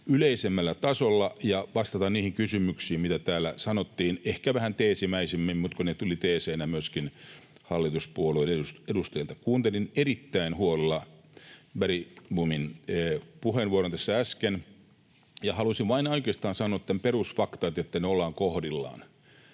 yleisemmällä tasolla ja vastata niihin kysymyksiin, mitä täällä sanottiin — ehkä vähän teesimäisemmin, mutta kun ne tulivat teeseinä myöskin hallituspuolueiden edustajilta. Kuuntelin erittäin huolella Bergbomin puheenvuoron tässä äsken, ja halusin vain oikeastaan sanoa nämä perusfaktat, että ne ovat kohdillaan.